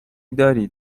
دارید